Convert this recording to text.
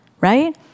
right